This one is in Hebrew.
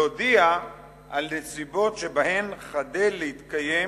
להודיע על נסיבות שבהן חדל להתקיים